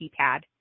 keypad